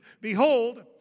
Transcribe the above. Behold